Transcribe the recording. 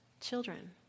children